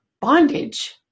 bondage